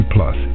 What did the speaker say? Plus